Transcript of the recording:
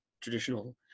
traditional